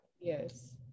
Yes